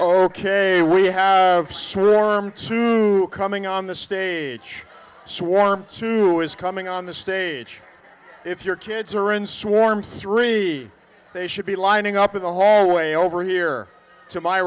ok we have room to coming on the stage swarm to is coming on the stage if your kids are in swarms three they should be lining up in the hallway over here to my